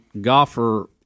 golfer –